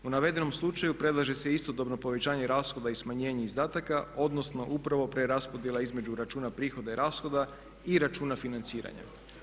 U navedenom slučaju predlaže se istodobno povećanje rashoda i smanjenje izdataka, odnosno upravo preraspodjela između računa prihoda i rashoda i računa financiranja.